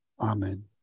Amen